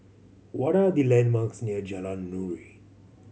what are the landmarks near Jalan Nuri